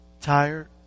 tired